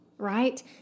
right